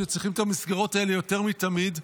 כשצריכים את המסגרות האלה יותר מתמיד,